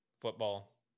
Football